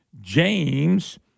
James